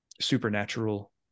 supernatural